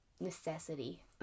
necessity